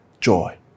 Joy